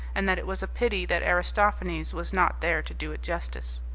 and that it was a pity that aristophanes was not there to do it justice.